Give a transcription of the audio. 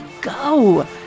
go